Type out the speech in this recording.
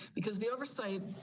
because the oversight,